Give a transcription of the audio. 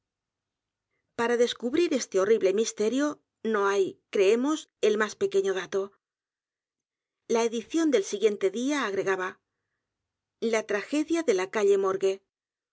a descubrir este horrible misterio no hay creemos el más pequeño dato la edición del siguiente día a g r e g a b a l a tragedia de la calle morgue